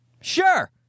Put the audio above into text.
Sure